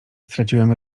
straciłem